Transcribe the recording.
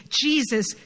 Jesus